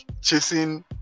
chasing